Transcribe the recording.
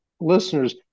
listeners